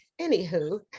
Anywho